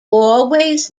always